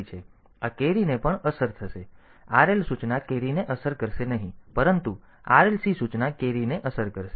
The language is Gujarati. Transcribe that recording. તેથી આ carry ને પણ અસર થશે RL સૂચના carry ને અસર કરશે નહીં પરંતુ RLC સૂચના carry ને અસર કરશે